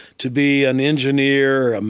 to be an engineer,